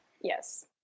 Yes